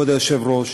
כבוד היושב-ראש,